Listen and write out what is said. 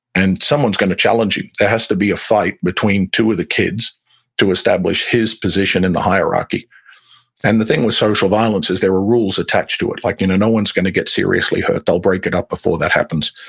and someone is going to challenge him. there has to be a fight between two of the kids to establish his position in the hierarchy and the thing with social violence is there are rules attached to it. like no one is going to get seriously hurt. they'll break it up before that happens.